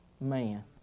man